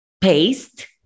Paste